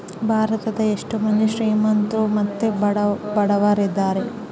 ಭಾರತದಗ ಎಷ್ಟ ಮಂದಿ ಶ್ರೀಮಂತ್ರು ಮತ್ತೆ ಬಡವರಿದ್ದಾರೆ?